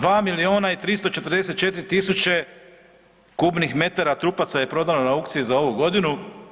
2 milijuna i 340 tisuće kubnih metara trupaca je prodano na aukciji za ovu godinu.